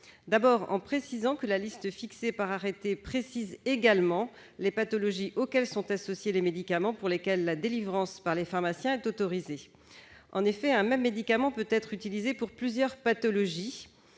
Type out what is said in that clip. lieu, de mentionner que la liste fixée par arrêté précise également les pathologies auxquelles sont associés les médicaments pour lesquels la délivrance par les pharmaciens est autorisée. En effet, un même médicament peut être utilisé pour plusieurs pathologies.